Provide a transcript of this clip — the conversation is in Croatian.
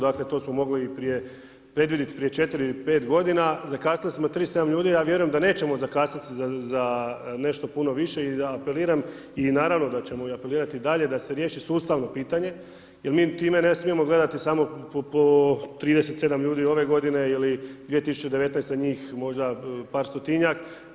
Dakle, to smo mogli i prije predvidjeti prije 4 ili 5 g. zakasnili smo 37 ljudi, a ja vjerujem da nećemo zakasniti za nešto puno više i da apeliram i naravno da ćemo apelirati i dalje, da se riješi sustavno pitanje, jer mi time ne smijemo gledati samo po 37 ljudi ove godine ili 2019. njih možda par stotinjak.